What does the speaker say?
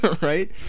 Right